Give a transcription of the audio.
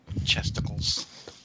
Chesticles